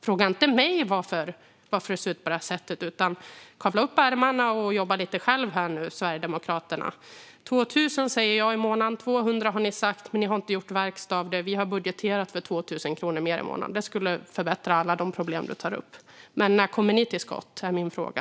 Fråga inte mig varför det ser ut på det här sättet, utan kavla upp ärmarna och jobba lite själva nu, Sverigedemokraterna! 2 000 kronor i månaden, säger jag. 200 kronor har ni sagt, men ni har inte gjort verkstad av det. Vi har budgeterat för 2 000 kronor mer i månaden, vilket skulle förbättra alla de problem ledamoten tar upp. När kommer ni till skott? Det är min fråga.